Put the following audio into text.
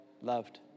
loved